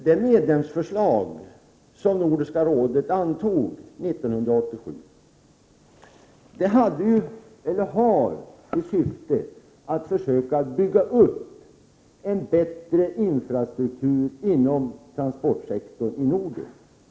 Det medlemsförslag som Nordiska rådet antog 1987 syftade till att man skulle försöka bygga upp en bättre infrastruktur inom transportsektorn i Norden.